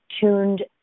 tuned